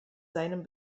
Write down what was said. seinem